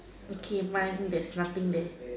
okay mine there's nothing there